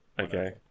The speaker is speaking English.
Okay